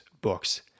books